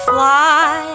Fly